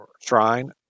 shrine